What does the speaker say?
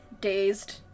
dazed